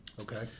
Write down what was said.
Okay